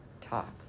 talk